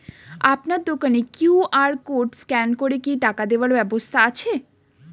আপনার দোকানে QR code scan করে কি টাকা দেওয়ার ব্যবস্থা আছে?